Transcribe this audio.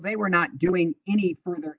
they were not doing any further